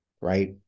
right